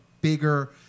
bigger